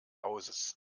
hauses